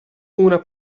una